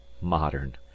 Modern